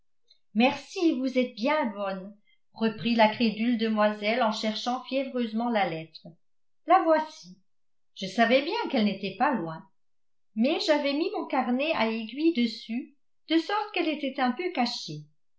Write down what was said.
merci vous êtes bien bonne reprit la crédule demoiselle en cherchant fiévreusement la lettre la voici je savais bien qu'elle n'était pas loin mais j'avais mis mon carnet à aiguilles dessus de sorte qu'elle était un peu cachée